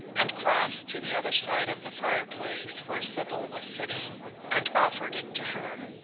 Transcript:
and crossed to the other side of the fireplace where sybil was sitting and offered it to her.